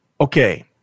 Okay